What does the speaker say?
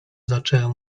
zaczęły